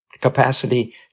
Capacity